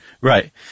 Right